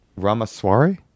Ramaswari